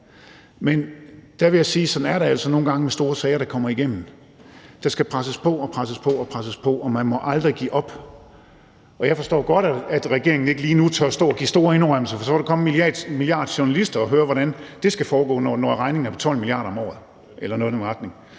at sådan er det altså nogle gange med store sager, der kommer igennem. Der skal presses på og presses på og presses på, og man må aldrig give op. Jeg forstår godt, at regeringen lige nu ikke tør stå og give store indrømmelse, for så vil der komme 1 milliard journalister og høre, hvordan det skal foregå, når regningen er på 12 mia. kr. om året eller noget i den retning.